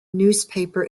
newspaper